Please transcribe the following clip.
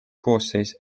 koosseis